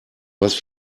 was